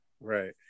Right